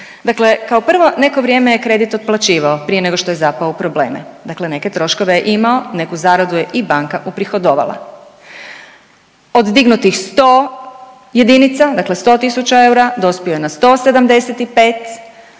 Dakle, kao prvo neko vrijeme je kredit otplaćivao prije nego što je zapao u probleme, dakle neke troškove je imao, neku zaradu je i banka uprihodovala. Od dignutih 100 jedinica, dakle 100 000 eura dospio je na 175,